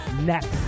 next